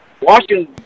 Washington